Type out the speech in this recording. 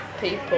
people